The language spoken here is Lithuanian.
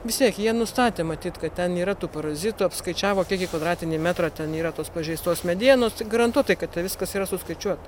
vis tiek jie nustatė matyt kad ten yra tų parazitų apskaičiavo kiek į kvadratinį metrą ten yra tos pažeistos medienos tai garantuotai kad ten viskas yra suskaičiuota